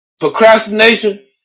Procrastination